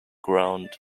ground